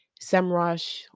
Semrush